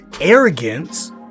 arrogance